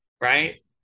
right